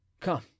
Come